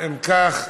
אם כך,